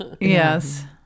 Yes